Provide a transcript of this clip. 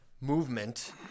movement